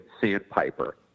sandpiper